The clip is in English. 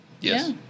Yes